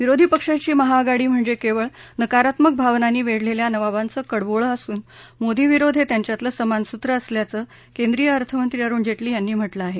विरोध पक्षांची महाआघाडी म्हणजे केवळ नकारात्मक भावनांनी वेढलेल्या नवाबाचं कडबोळं असून मोदी विरोध हे त्यांच्यातलं समान सूत्र असल्याचं केंद्रीय अर्थमंत्री अरुण जेटली यांनी म्हटलं आहे